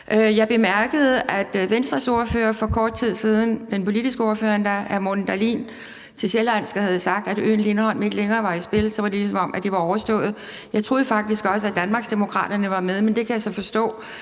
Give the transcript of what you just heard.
Jeg bemærkede, at Venstres politiske ordfører, hr. Morten Dahlin, til Sjællandske Nyheder havde sagt, at øen Lindholm ikke længere var i spil. Så var det, ligesom om det var overstået. Jeg troede faktisk også, at Danmarksdemokraterne var med, men jeg kan så forstå,